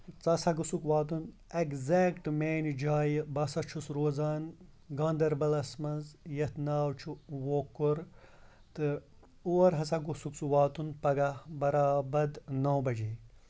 ژا سا گوٚژُکھ واتُن ایٚکزیکٹ میانہِ جایہِ بہٕ سا چھُس روزان گندربلس منٛز یَتھ ناو چھُ ووکھُر تہٕ اور ہسا گوٚژکھ ژٕ واتُن پگہہ برابد نو بَجے